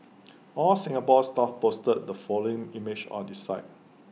All Singapore Stuff posted the following image on IT site